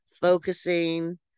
focusing